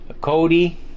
Cody